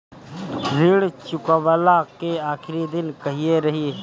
ऋण चुकव्ला के आखिरी दिन कहिया रही?